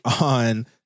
on